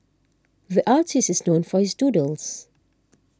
the artist is known for his doodles